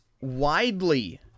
widely